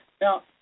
Now